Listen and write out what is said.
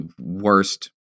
worst